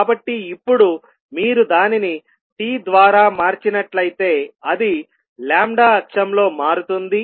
కాబట్టి ఇప్పుడు మీరు దానిని t ద్వారా మార్చినట్లయితే అది అక్షంలో మారుతుంది